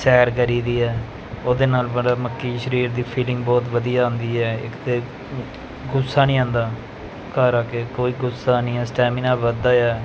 ਸੈਰ ਕਰੀਦੀ ਆ ਉਹਦੇ ਨਾਲ ਮਤਲਬ ਮੱਕੀ ਸਰੀਰ ਦੀ ਫੀਲਿੰਗ ਬਹੁਤ ਵਧੀਆ ਆਉਂਦੀ ਹੈ ਇੱਕ ਤਾਂ ਗੁੱਸਾ ਨਹੀਂ ਆਉਂਦਾ ਘਰ ਆ ਕੇ ਕੋਈ ਗੁੱਸਾ ਨਹੀਂ ਹੈ ਸਟੈਮੀਨਾ ਵੱਧਦਾ ਆ